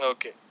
Okay